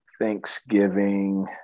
Thanksgiving